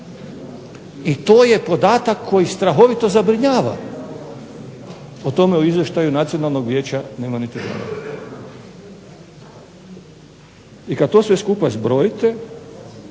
i to je podatak koji strahovito zabrinjava. O tome u izvještaju nacionalnog vijeća nema niti govora. I kad to sve skupa zbrojite,